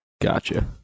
Gotcha